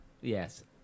Yes